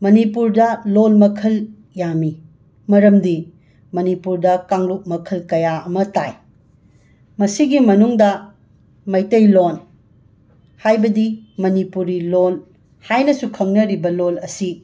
ꯃꯅꯤꯄꯨꯔꯗꯥ ꯂꯣꯜ ꯃꯈꯜ ꯌꯥꯝꯃꯤ ꯃꯔꯝꯗꯤ ꯃꯅꯤꯄꯨꯔꯗ ꯀꯥꯡꯂꯨꯞ ꯃꯈꯜ ꯀꯌꯥ ꯑꯃ ꯇꯥꯏ ꯃꯁꯤꯒꯤ ꯃꯅꯨꯡꯗ ꯃꯩꯇꯩꯂꯣꯟ ꯍꯥꯏꯕꯗꯤ ꯃꯅꯤꯄꯨꯔꯤ ꯂꯣꯟ ꯍꯥꯏꯅꯁꯨ ꯈꯪꯅꯔꯤꯕ ꯂꯣꯜ ꯑꯁꯤ